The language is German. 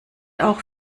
auch